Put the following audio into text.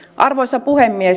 arvoisa puhemies